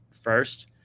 first